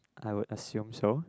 I would assume so